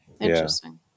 Interesting